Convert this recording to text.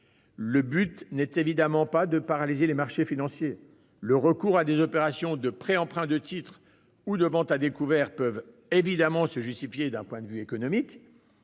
Il ne s'agit évidemment pas de paralyser les marchés financiers : le recours à des opérations de prêt-emprunt de titres ou de vente à découvert peut évidemment se justifier d'un point de vue économique,